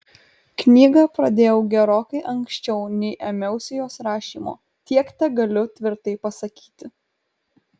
knygą pradėjau gerokai anksčiau nei ėmiausi jos rašymo tiek tegaliu tvirtai pasakyti